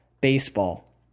baseball